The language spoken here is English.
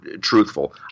truthful